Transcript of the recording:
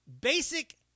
basic